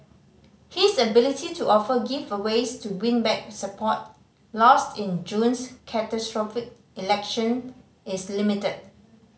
his ability to offer giveaways to win back support lost in June's catastrophic election is limited